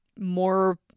more